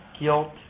Guilt